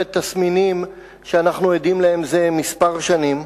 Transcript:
בשרשרת תסמינים שאנחנו עדים להם זה כמה שנים,